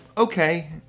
okay